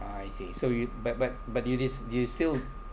oh I see so you but but but you this do you still